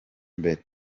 mbere